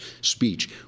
speech